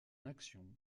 action